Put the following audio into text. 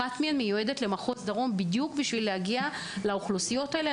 אחת מהן מיועדת למחוז דרום כדי להגיע לאוכלוסיות הללו.